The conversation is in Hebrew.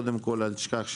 אל תשכח,